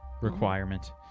requirement